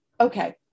Okay